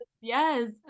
Yes